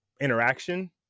interaction